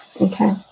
Okay